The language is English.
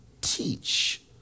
teach